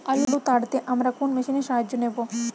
আলু তাড়তে আমরা কোন মেশিনের সাহায্য নেব?